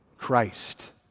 Christ